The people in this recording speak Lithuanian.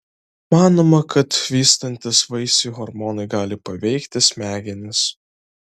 manoma kad vystantis vaisiui hormonai gali paveikti smegenis